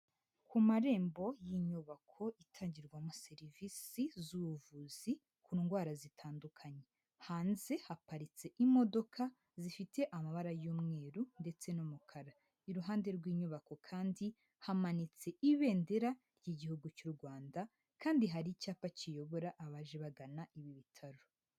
Ku marembo y'inyubako itangirwamo serivisi z'ubuvuzi ku ndwara zitandukanye. Hanze haparitse imodoka zifite amabara y'umweru ndetse n'umukara. Iruhande rw'inyubako kandi hamanitse ibendera ry'igihugu cy'u Rwanda kandi hari icyapa kiyobora abaje bagana ibi bitaro.